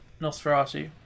Nosferatu